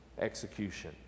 execution